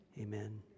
amen